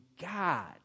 God